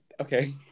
Okay